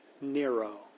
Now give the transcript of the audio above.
Nero